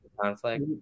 conflict